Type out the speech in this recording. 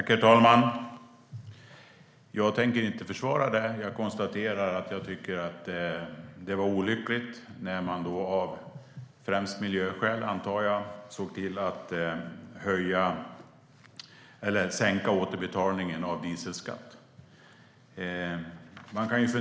Herr talman! Jag tänker inte försvara det här. Jag tycker att det var olyckligt att man, främst av miljöskäl antar jag, sänkte återbetalningen av dieselskatt.